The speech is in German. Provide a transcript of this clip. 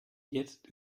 jetzt